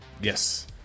Yes